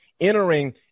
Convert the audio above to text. entering